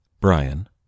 Brian